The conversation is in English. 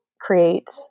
create